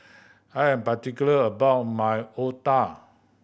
I am particular about my otah